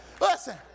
Listen